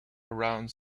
around